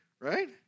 right